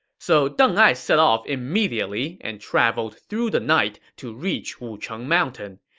so deng ai set off immediately and traveled through the night to reach wucheng mountain.